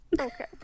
Okay